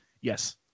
Yes